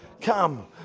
Come